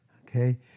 okay